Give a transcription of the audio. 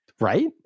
right